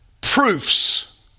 proofs